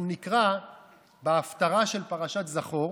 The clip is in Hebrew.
אנחנו נקרא בהפטרה של פרשת זכור